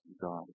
God